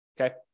Okay